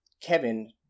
Kevin